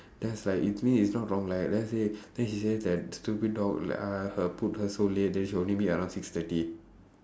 then I was like if me is not wrong right then I say then she say that stupid dog like uh her put her so late then she'll only meet around six thirty